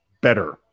better